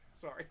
Sorry